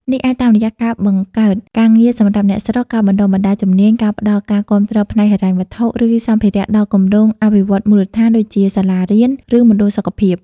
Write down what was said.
នេះអាចតាមរយៈការបង្កើតការងារសម្រាប់អ្នកស្រុក ការបណ្តុះបណ្តាលជំនាញ ការផ្តល់ការគាំទ្រផ្នែកហិរញ្ញវត្ថុ ឬសម្ភារៈដល់គម្រោងអភិវឌ្ឍន៍មូលដ្ឋាន ដូចជាសាលារៀន ឬមណ្ឌលសុខភាព ។